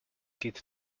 kit